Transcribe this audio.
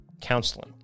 counseling